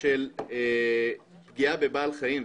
של פגיעה בבעל חיים.